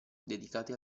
dedicati